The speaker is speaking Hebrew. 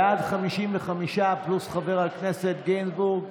בעד, 55, פלוס חבר הכנסת גינזבורג,